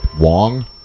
Wong